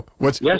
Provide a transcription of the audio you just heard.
yes